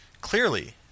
Clearly